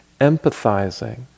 empathizing